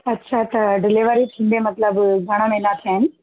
अच्छा त डिलेवरी थींदे मतलबु घणा महीना थिया आहिनि